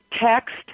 text